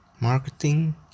marketing